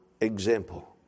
example